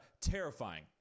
terrifying